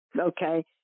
okay